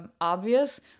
obvious